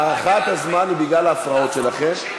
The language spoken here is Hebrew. הארכת הזמן היא בגלל ההפרעות שלכם,